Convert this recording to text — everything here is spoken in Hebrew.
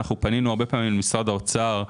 אנחנו פנינו הרבה פעמים למשרד האוצר,